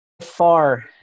far